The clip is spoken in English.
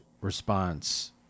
response